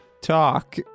talk